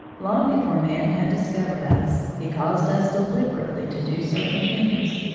long before man had discovered us, he caused us deliberately to do certain things.